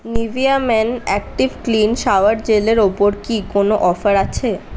Nivea men active clean shower জেলের ওপর কী কোনও অফার আছে